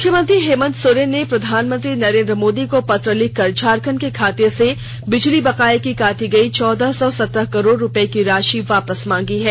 मुख्यमंत्री हेमंत सोरेन ने प्रधानमंत्री नरेन्द्र मोदी को पत्र लिखकर झारखंड के खाते से बिजली बकाये की काटी गयी चौदह सौ सत्रह करोड़ रूपये की राशि वापस मांगी है